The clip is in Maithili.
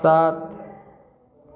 सात